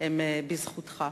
הם בזכותך.